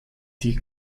die